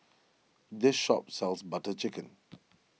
this shop sells Butter Chicken